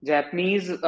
Japanese